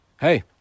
hey